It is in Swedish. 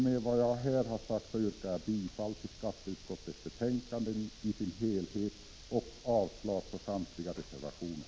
Med vad jag har sagt yrkar jag bifall till skatteutskottets hemställan i dess helhet och avslag på samtliga reservationer.